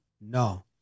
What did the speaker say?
no